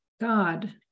God